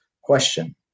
question